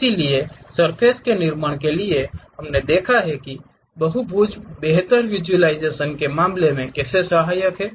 इसलिए सर्फ़ेस के निर्माण के लिए हमने देखा है कि ये बहुभुज बेहतर विज़ुअलाइज़ेशन के मामले में कैसे सहायक हैं